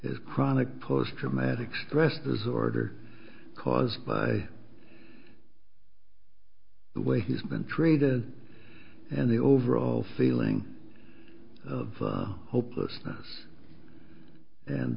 his chronic post traumatic stress disorder caused by the way he's been treated and the overall feeling of hopelessness and